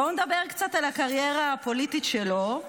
בואו נדבר קצת על הקריירה הפוליטית שלו: